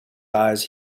eyes